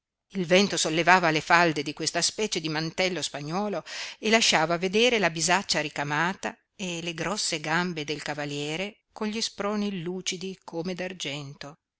il vento sollevava le falde di questa specie di mantello spagnuolo e lasciava vedere la bisaccia ricamata e le grosse gambe del cavaliere con gli sproni lucidi come